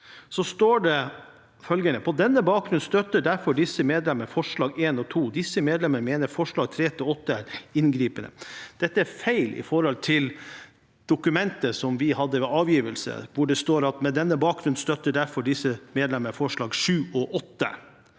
6 står det følgende: «På den bakgrunn støtter derfor disse medlemmer forslag 1 og 2. Disse medlemmer mener forslag 3 til 8 er inngripende». Dette er feil i forhold til dokumentet vi hadde ved avgivelse, hvor det står at vi på den bakgrunn støtter forslagene nr. 7 og 8,